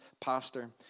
pastor